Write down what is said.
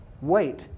Wait